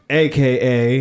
aka